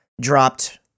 dropped